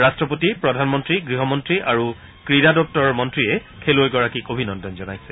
ৰাষ্ট্ৰপতি প্ৰধানমন্ত্ৰী গৃহমন্ত্ৰী আৰু ক্ৰীড়া দপ্তৰৰ মন্ত্ৰীয়ে খেলুৱৈগৰাকীক অভিনন্দন জনাইছে